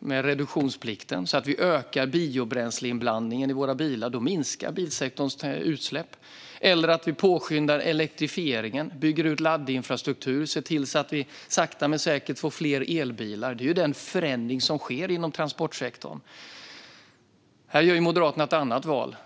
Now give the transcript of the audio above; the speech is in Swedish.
reduktionsplikten, så att vi ökar biobränsleinblandningen i våra bilar - då minskar bilsektorns utsläpp - eller genom att vi påskyndar elektrifieringen, bygger ut laddinfrastruktur och ser till att vi sakta men säkert får fler elbilar. Det är den förändring som sker inom transportsektorn. Här gör Moderaterna ett annat val.